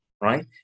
right